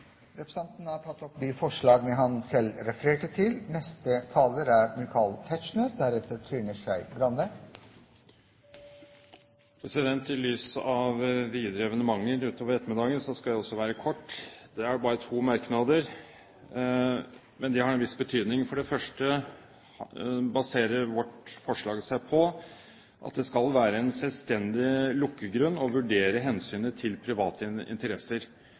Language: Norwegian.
Representanten Gjermund Hagesæter har tatt opp det forslaget han refererte til. I lys av videre evenementer utover ettermiddagen skal jeg også være kort. Jeg har bare to merknader, men de har en viss betydning. For det første baserer vårt forslag seg på at det skal være en selvstendig lukkegrunn å vurdere hensynet til private interesser.